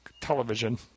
television